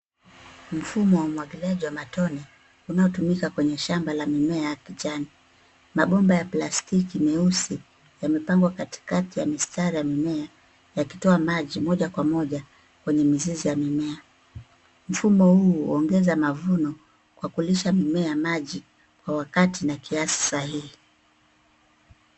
Mfumo wa umwagiliaji wa matone unaotumika kwenye shamba la mimea ya kijani. Mabomba ya plastiki nyeusi yamepangwa katikati ya mistari ya mimea yakitoa maji moja kwa moja kwenye mizizi ya mimea. Mfumo huu huongeza mafuno kwa kulisha mimea maji kwa wakati na kiasi sahihi.